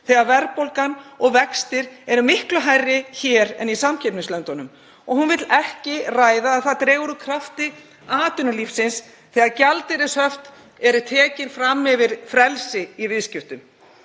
þegar verðbólgan og vextir eru miklu meiri og hærri hér en í samkeppnislöndunum. Hún vill ekki ræða að það dregur úr krafti atvinnulífsins þegar gjaldeyrishöft eru tekin fram yfir frelsi í viðskiptum.